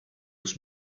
its